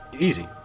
Easy